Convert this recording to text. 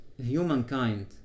humankind